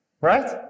Right